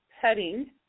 petting